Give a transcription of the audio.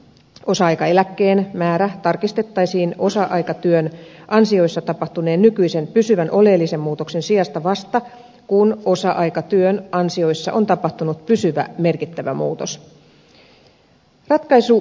osa aikaeläkkeen määrä tarkistettaisiin osa aikatyön ansioissa tapahtuneen nykyisen pysyvän oleellisen muutoksen sijasta vasta kun osa aikatyön ansioissa on tapahtunut pysyvä merkittävä muutos